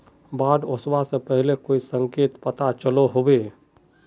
बाढ़ ओसबा से पहले कोई संकेत पता चलो होबे?